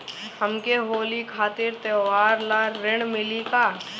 हमके होली खातिर त्योहार ला ऋण मिली का?